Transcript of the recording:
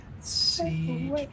see